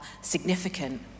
significant